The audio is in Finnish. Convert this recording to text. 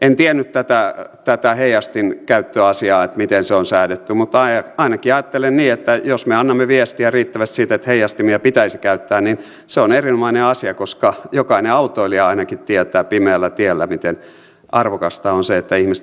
en tiennyt tätä heijastinkäyttöasiaa miten se on säädetty mutta ainakin ajattelen niin että jos me annamme viestiä riittävästi siitä että heijastimia pitäisi käyttää niin se on erinomainen asia koska jokainen autoilija ainakin tietää pimeällä tiellä miten arvokasta on se että ihmiset käyttävät heijastimia